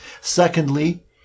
Secondly